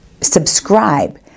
Subscribe